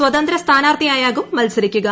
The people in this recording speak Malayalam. സ്വതന്ത്ര സ്ഥാനാർത്ഥി ആയാകും മത്സരിക്കുക